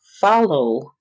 follow